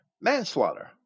manslaughter